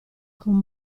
con